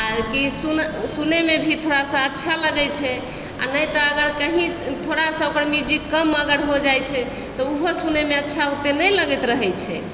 आओर कि सुनै सुनैमे भी थोड़ा सा अच्छा लगै छै आओर नहि तऽ अगर कहीँ से थोड़ा ओकर म्यूजिक कम अगर भए जाइत छै तऽ ओहो सुनैमे अच्छा ओते नहि लगैत रहै छै